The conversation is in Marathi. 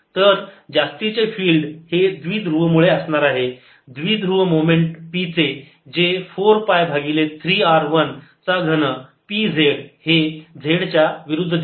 तर जास्तीचे फिल्ड हे द्विध्रुव मुळे असणार आहे द्विध्रुव मोमेंट P चे जे 4 पाय भागिले 3 R 1 चा घन P z हे z च्या विरुद्ध दिशेत आहे